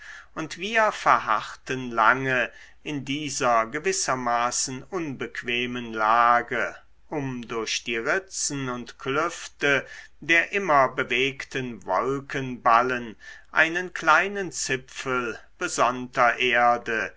und wir verharrten lange in dieser gewissermaßen unbequemen lage um durch die ritzen und klüfte der immer bewegten wolkenballen einen kleinen zipfel besonnter erde